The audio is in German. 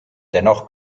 dennoch